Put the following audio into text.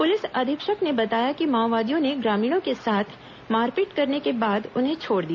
police अधीक्षक ने बताया कि माओवादियों ने ग्रामीणों के साथ मारपीट करने के बाद उन्हें छोड़ दिया